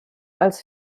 als